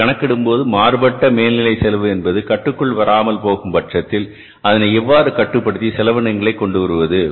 அப்படி கணக்கிடும்போது மாறுபட்ட மேல்நிலை செலவு என்பது கட்டுக்குள் வராமல் போகும் பட்சத்தில் அதனை எவ்வாறு கட்டுப்படுத்தி செலவினங்களை கொண்டுவருவது